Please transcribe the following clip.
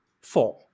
four